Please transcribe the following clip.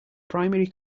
primary